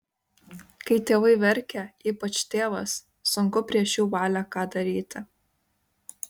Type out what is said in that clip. kai tėvai verkia ypač tėvas sunku prieš jų valią ką daryti